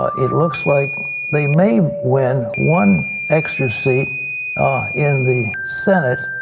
ah it looks like they may win one extra seat in the senate,